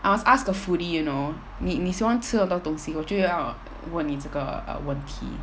I was asked the fully you know 你你喜欢吃很多东西我就要问你这个 um 问题